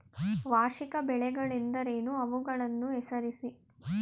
ವಾರ್ಷಿಕ ಬೆಳೆಗಳೆಂದರೇನು? ಅವುಗಳನ್ನು ಹೆಸರಿಸಿ?